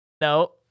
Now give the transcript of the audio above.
No